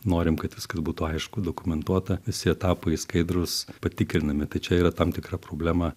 norim kad viskas būtų aišku dokumentuota visi etapai skaidrūs patikrinami tai čia yra tam tikra problema